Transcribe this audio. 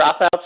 dropouts